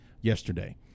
yesterday